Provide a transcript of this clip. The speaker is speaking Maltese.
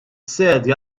sedja